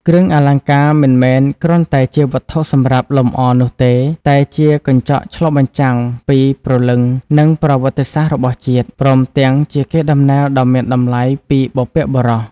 គ្រឿងអលង្ការមិនមែនគ្រាន់តែជាវត្ថុសម្រាប់លម្អនោះទេ តែជាកញ្ចក់ឆ្លុះបញ្ចាំងពីព្រលឹង និងប្រវត្តិសាស្ត្ររបស់ជាតិ ព្រមទាំងជាកេរដំណែលដ៏មានតម្លៃពីបុព្វបុរស។